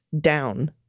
down